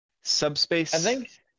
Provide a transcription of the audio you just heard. Subspace